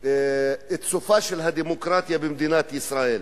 את סופה של הדמוקרטיה במדינת ישראל.